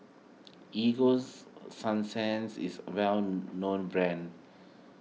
Egos Sunsense is a well known brand